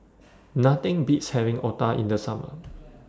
Nothing Beats having Otah in The Summer